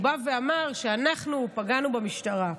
הוא בא ואמר שאנחנו פגענו במשטרה,